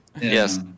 Yes